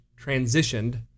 transitioned